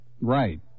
Right